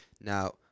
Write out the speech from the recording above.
Now